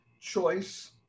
choice